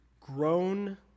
Grown